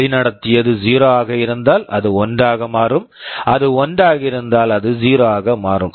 வழிநடத்தியது 0 ஆக இருந்தால் அது 1 ஆக மாறும் அது 1 ஆக இருந்தால் அது 0 ஆக மாறும்